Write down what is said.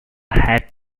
had